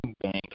bank